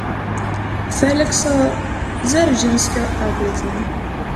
felikso dzeržinskio auklėtiniai